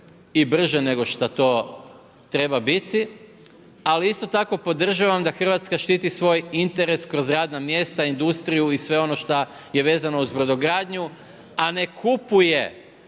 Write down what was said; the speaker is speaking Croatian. i brže nego što to treba biti, ali isto tako podržavam da Hrvatska štiti svoj interes kroz radna mjesta, industriju i sve ono šta je vezano uz brodogradnju, a ne kupuje,